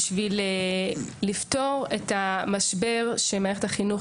בשביל לפתור את המשבר שמערכת החינוך